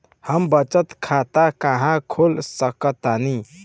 हम बचत खाता कहां खोल सकतानी?